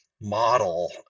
model